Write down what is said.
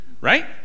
right